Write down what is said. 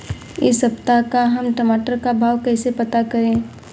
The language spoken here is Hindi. इस सप्ताह का हम टमाटर का भाव कैसे पता करें?